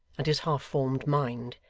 and his half-formed mind,